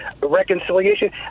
reconciliation